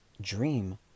dream